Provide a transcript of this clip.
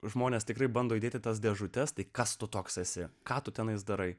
žmonės tikrai bando įdėti tas dėžutes tai kas tu toks esi ką tu tenai darai